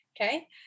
Okay